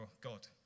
God